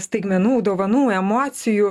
staigmenų dovanų emocijų